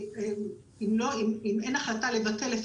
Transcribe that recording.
אם אין החלטה לבטל,